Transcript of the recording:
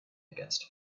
against